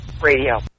Radio